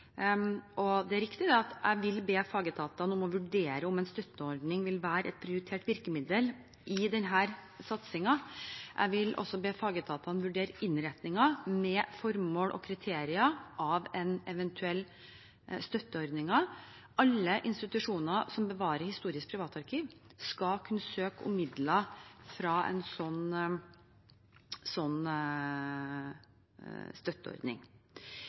Det er riktig at jeg vil be fagetatene vurdere om en støtteordning vil være et prioritert virkemiddel i denne satsingen. Jeg vil også be fagetatene vurdere innretningen med formål og kriterier av eventuelle støtteordninger. Alle institusjoner som bevarer historiske privatarkiv, skal kunne søke om midler fra en slik støtteordning.